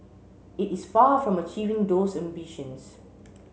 it is far from achieving those ambitions